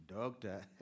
Doctor